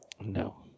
No